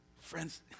friends